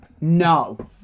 No